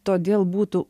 todėl būtų